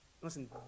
Listen